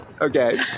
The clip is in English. Okay